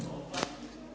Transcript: Hvala.